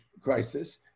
crisis